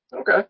Okay